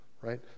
right